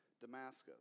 Damascus